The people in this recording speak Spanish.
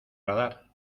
radar